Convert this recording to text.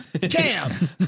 Cam